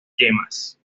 yemas